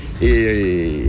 et